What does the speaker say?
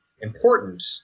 important